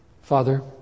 Father